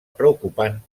preocupant